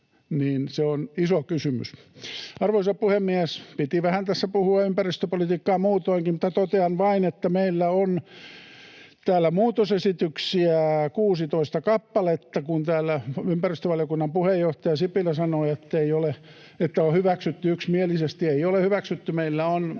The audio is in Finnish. on iso kysymys. Arvoisa puhemies! Piti vähän tässä puhua ympäristöpolitiikkaa muutoinkin, mutta totean vain, että meillä on täällä muutosesityksiä 16 kappaletta, kun täällä ympäristövaliokunnan puheenjohtaja Sipilä sanoi, että on hyväksytty yksimielisesti. [Petri Huru: Ei